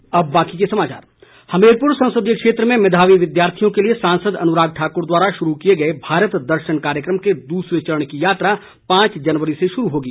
भारत दर्शन हमीरपुर संसदीय क्षेत्र में मेधावी विद्यार्थियों के लिए सांसद अनुराग ठाकुर द्वारा शुरू किए भारत दर्शन कार्यक्रम के दूसरे चरण की यात्रा पांच जनवरी से शुरू होगी